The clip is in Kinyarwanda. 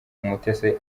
umutesi